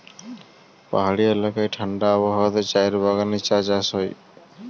পাহাড়ি এলাকায় ঠাণ্ডা আবহাওয়াতে চায়ের বাগানে চা চাষ হয়